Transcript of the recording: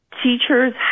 Teachers